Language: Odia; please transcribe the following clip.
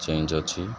ଚେଞ୍ଜ ଅଛି